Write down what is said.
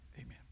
amen